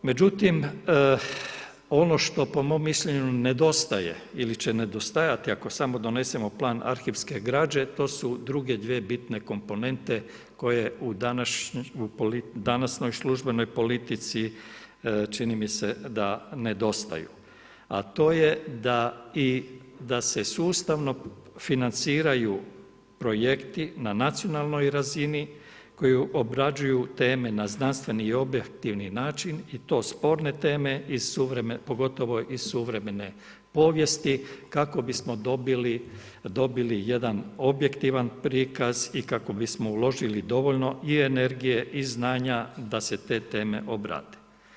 Međutim ono što mom mišljenju nedostaje ili će nedostajati ako samo donesemo plan arhivske građe, to su druge dvije bitne komponente koje u današnjoj službenoj politici čini mi se da nedostaju a to je da i da se sustavno financiraju projekti na nacionalnoj razini koji obrađuju teme na znanstveni i objektivni način i to sporne teme pogotovo iz suvremene povijesti, kako bismo dobili jedan objektivan prikaz i kako bismo uložili dovoljno i energije i znanja da se te teme obrade.